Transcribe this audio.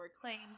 claims